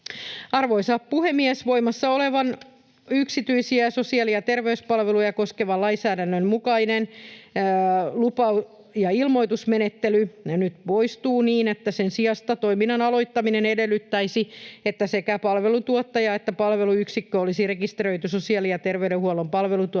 Arvoisa puhemies! Voimassa olevan yksityisiä sosiaali- ja terveyspalveluja koskevan lainsäädännön mukainen lupa- ja ilmoitusmenettely poistuu nyt niin, että sen sijasta toiminnan aloittaminen edellyttäisi, että sekä palveluntuottaja että palveluyksikkö olisi rekisteröity sosiaali- ja terveydenhuollon palveluntuottajarekisteriin